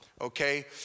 okay